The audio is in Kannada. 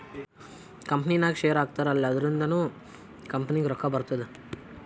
ಕಂಪನಿನಾಗ್ ಶೇರ್ ಹಾಕ್ತಾರ್ ಅಲ್ಲಾ ಅದುರಿಂದ್ನು ಕಂಪನಿಗ್ ರೊಕ್ಕಾ ಬರ್ತುದ್